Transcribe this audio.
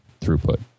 throughput